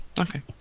Okay